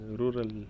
rural